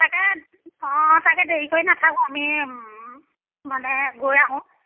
তাকে অঁ তাকে দেৰি কৰি নাথাকোঁ আমি মানে গৈ আহোঁ